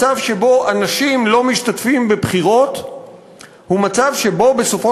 מצב שבו אנשים לא משתתפים בבחירות הוא מצב שבו בסופו